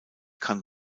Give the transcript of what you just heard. kann